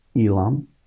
Elam